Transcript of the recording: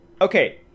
Okay